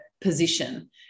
position